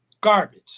Garbage